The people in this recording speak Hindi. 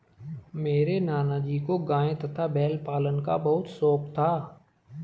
मेरे नाना जी को गाय तथा बैल पालन का बहुत शौक था